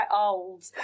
old